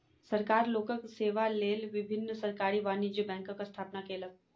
सरकार लोकक सेवा लेल विभिन्न सरकारी वाणिज्य बैंकक स्थापना केलक